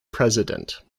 president